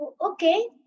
Okay